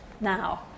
now